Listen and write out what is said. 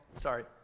Sorry